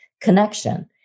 connection